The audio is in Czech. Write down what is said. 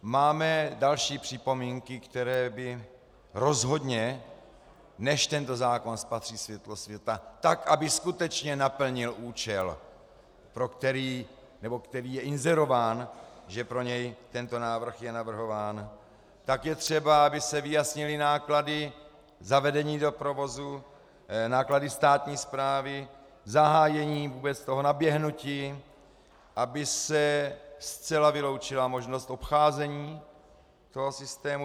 Máme další připomínky, které by rozhodně, než tento zákon spatří světlo světa, tak aby skutečně naplnil účel, který je inzerován, že pro něj tento návrh je navrhován, tak je třeba, aby se vyjasnily náklady zavedení do provozu, náklady státní správy, zahájení vůbec toho naběhnutí, aby se zcela vyloučila možnost obcházení toho systému.